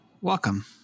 Welcome